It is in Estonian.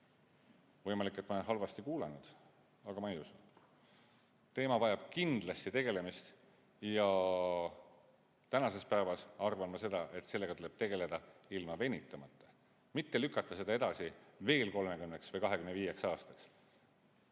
Võimalik, et ma olen halvasti kuulanud, aga ma ei usu. Teema vajab kindlasti tegelemist ja tänasel päeval arvan ma seda, et sellega tuleb tegeleda ilma venitamata, mitte lükata seda edasi veel 30 või 25 aastaks.